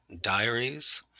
diaries